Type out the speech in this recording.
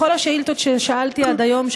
בכל השאילתות ששאלתי עד היום,